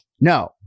no